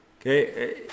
okay